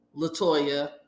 latoya